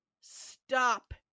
stop